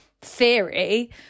theory